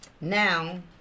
now